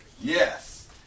Yes